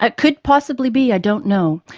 ah could possibly be, i don't know.